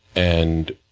and